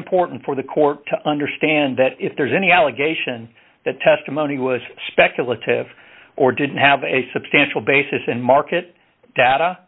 important for the court to understand that if there's any allegation that testimony was speculative or didn't have a substantial basis and market data